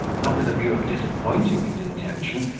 not with a view of disappointing his intention,